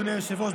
אדוני היושב-ראש,